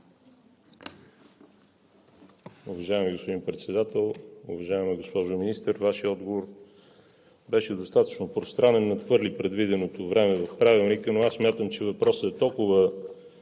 Уважаеми господин Председател! Уважаема госпожо Министър, Вашият отговор беше достатъчно пространен и надхвърли предвиденото време в Правилника. Но аз смятам, че въпросът е толкова